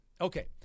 Okay